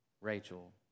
Rachel